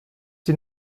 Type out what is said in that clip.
die